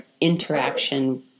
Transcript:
interaction